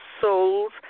souls